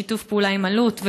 בשיתוף פעולה עם אלו"ט,